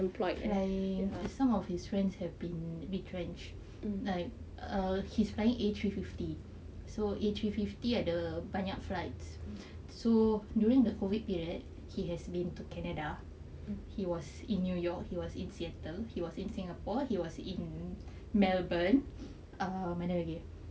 flying some of his friends have been retrenched like err he's flying A three fifty so a three fifty ada banyak flights so during the COVID period he has been to canada he was in new york he was in seattle he was in singapore he was in melbourne err where again